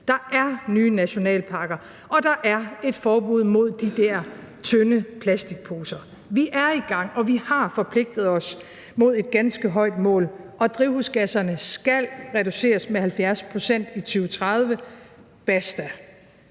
der er nye nationalparker, og der er et forbud mod de der tynde plastikposer. Vi er i gang, og vi har forpligtet os mod et ganske højt mål, og drivhusgasserne skal reduceres med 70 pct. i 2030 – basta.